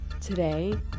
Today